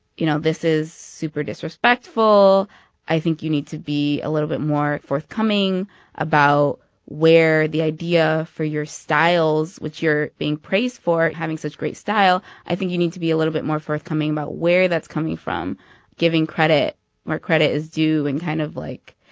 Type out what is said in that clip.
you know, this is super disrespectful i think you need to be a little bit more forthcoming about where the idea for your styles, which you're being praised for having such great style i think you need to be a little bit more forthcoming about where that's coming from giving credit where credit is due and kind of, like,